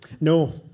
No